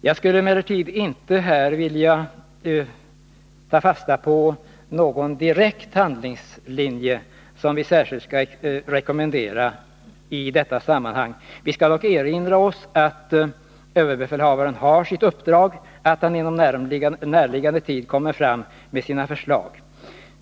Jag skulle emellertid inte här vilja ta fasta på någon direkt handlingslinje som vi särskilt skall rekommendera i detta sammanhang. Vi bör dock erinra oss att överbefälhavaren har sitt uppdrag och att han inom en närliggande tid kommer med sina förslag.